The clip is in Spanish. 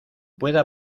pueda